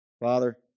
Father